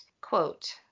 quote